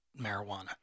marijuana